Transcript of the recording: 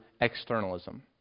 externalism